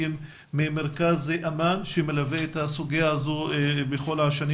ביקשנו ממרכז אמאן - שמלווה את הסוגיה הזו בכל השנים